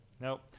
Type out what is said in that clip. Nope